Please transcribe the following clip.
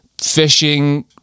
fishing